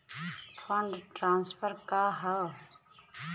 Fund transfer का हव?